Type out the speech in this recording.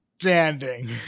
Standing